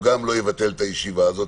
הוא גם לא יבטל את הישיבה הזו,